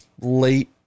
late